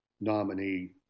nominee